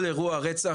כל אירוע רצח,